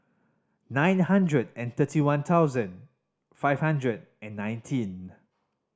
nine hundred and thirty one thousand five hundred and nineteen